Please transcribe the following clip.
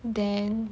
then